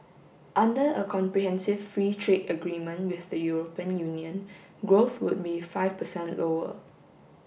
under a comprehensive free trade agreement with the European Union growth would be five percent lower